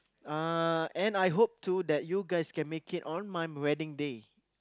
uh and I hope too that you guys can make it on my wedding day